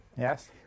Yes